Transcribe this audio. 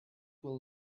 will